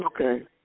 Okay